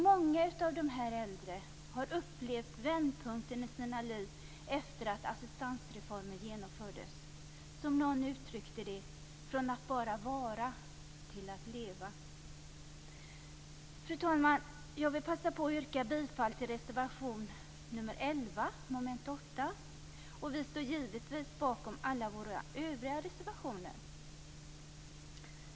Många av dessa äldre har upplevt vändpunkten i sina liv efter det att assistansreformen genomfördes - som någon uttryckte det - "från att bara vara till att leva". Fru talman! Jag vill passa på att yrka bifall till reservation nr 11 under mom. 8. Vi står givetvis bakom alla våra övriga reservationer.